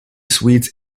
suites